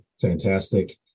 Fantastic